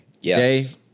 Yes